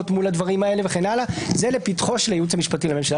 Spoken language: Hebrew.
מול הדברים האלה זה לפתחו של הייעוץ המשפטי לממשלה,